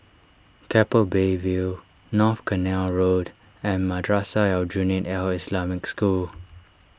Keppel Bay View North Canal Road and Madrasah Aljunied Al Islamic School